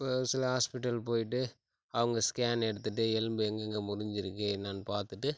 இப்போ சில ஹாஸ்பிட்டல் போய்விட்டு அவங்க ஸ்கேன் எடுத்துவிட்டு எலும்பு எங்கெங்க முறிஞ்சிருக்கு என்னான்னு பார்த்துட்டு